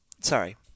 Sorry